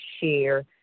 share